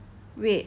um